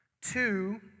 Two